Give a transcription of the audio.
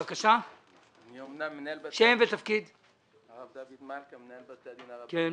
מנהל בתי הדין הרבניים.